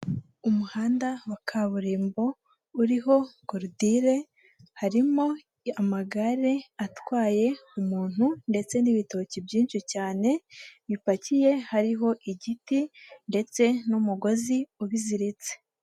Umuhanda wa kaburimbo uriho korudire, harimo amagare atwaye umuntu ndetse n'ibitoki byinshi cyane bipakiye, hariho igiti ndetse n'umugozi ubiziritse.